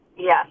Yes